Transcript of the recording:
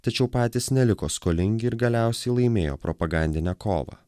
tačiau patys neliko skolingi ir galiausiai laimėjo propagandinę kovą